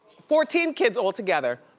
fourteen kids altogether.